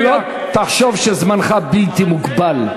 שלא תחשוב שזמנך בלתי מוגבל.